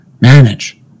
manage